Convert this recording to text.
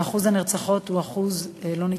ואחוז הנרצחות הוא אחוז לא נתפס.